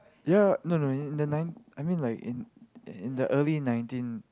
ya no no in the nine I mean like in in the early nineteen